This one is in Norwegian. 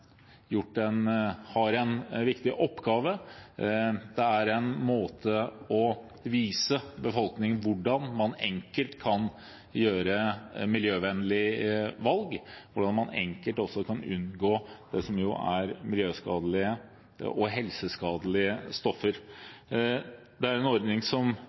en viktig oppgave, det er en måte å vise befolkningen hvordan man enkelt kan gjøre miljøvennlige valg på, og hvordan man enkelt kan unngå miljøskadelige og helseskadelige stoffer. Det er en ordning som